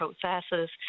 processes